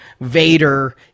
Vader